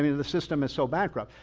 the system is so bankrupt.